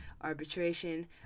arbitration